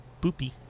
boopy